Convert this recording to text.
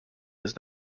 does